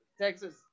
Texas